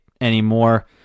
anymore